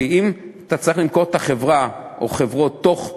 כי אם אתה צריך למכור את החברה או החברות בתוך שנה,